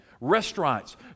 Restaurants